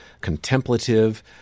contemplative